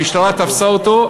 המשטרה תפסה אותו.